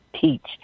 teach